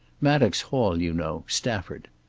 maddox hall, you know stafford.